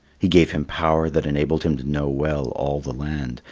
he gave him power that enabled him to know well all the land,